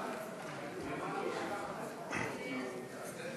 חיים ילין לפני סעיף